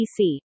PC